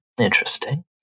Interesting